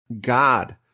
God